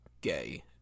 gay